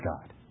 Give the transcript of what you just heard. God